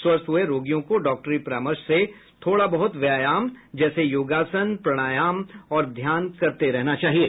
स्वस्थ हुए रोगियों को डाक्टरी परामर्श से थोड़ा बहुत व्यायाम जैसे योगासन प्राणायाम और ध्यान करते रहना चाहिए